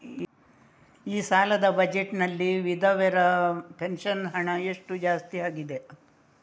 ಈ ಸಲದ ಬಜೆಟ್ ನಲ್ಲಿ ವಿಧವೆರ ಪೆನ್ಷನ್ ಹಣ ಎಷ್ಟು ಜಾಸ್ತಿ ಆಗಿದೆ?